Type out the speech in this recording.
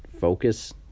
focus